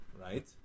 right